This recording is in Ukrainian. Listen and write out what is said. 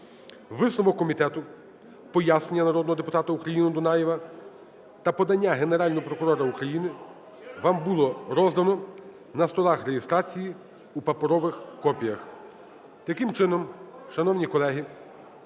Висновок комітету, пояснення народного депутата України Дунаєва та подання Генерального прокурора України вам було роздано на столах реєстрації у паперових копіях. Таким чином, шановні колеги,